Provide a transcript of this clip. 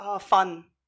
Fun